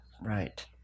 Right